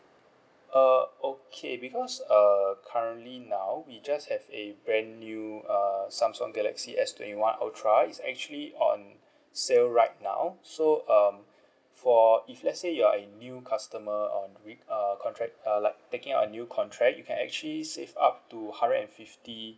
uh okay because err currently now we just have a brand new err Samsung galaxy S twenty one ultra is actually on sale right now so um for if let's say you are a new customer um uh contract uh like taking our new contract you can actually save up to hundred and fifty just